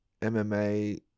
MMA